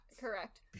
correct